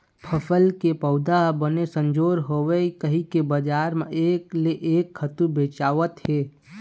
फसल के पउधा ह बने संजोर होवय कहिके बजार म एक ले एक खातू बेचावत हे